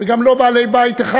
וגם לא בעלי בית אחד.